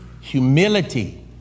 Humility